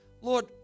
Lord